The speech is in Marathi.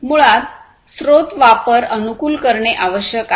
मुळात स्त्रोत वापर अनुकूल करणे आवश्यक आहे